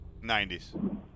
90s